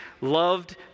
loved